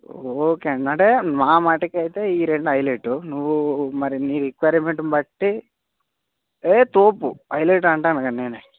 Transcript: okay అండి అంటే మా మటుకు అయితే ఈ రెండు హైలెట్ నువ్వు మరి నీ రిక్వైర్మెంట్ని బట్టి ఏ తోపు హైలెట్ అంటున్నాగా నేనే